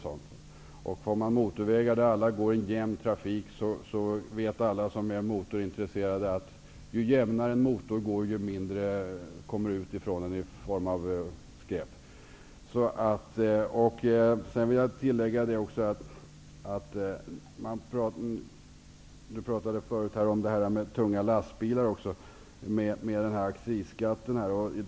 Får man motorvägar går trafiken i jämnt tempo. Alla som är motorintresserade vet att ju jämnare en motor går, desto mindre skräp kommer ut ifrån den. Martin Nilsson pratade förut om tunga lastbilar med accisskatt.